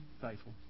faithful